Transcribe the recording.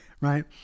Right